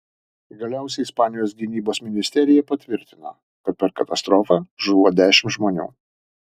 galiausiai ispanijos gynybos ministerija patvirtino kad per katastrofą žuvo dešimt žmonių